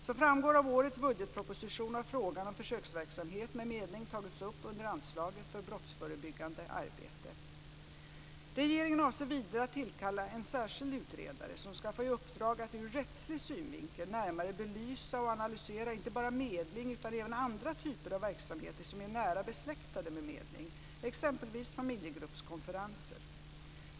Som framgår av årets budgetproposition har frågan om försöksverksamhet med medling tagits upp under anslaget för brottsförebyggande arbete. Regeringen avser vidare att tillkalla en särskild utredare som skall få i uppdrag att ur rättslig synvinkel närmare belysa och analysera inte bara medling utan även andra typer av verksamheter som är nära besläktade med medling, exempelvis familjegruppskonferenser.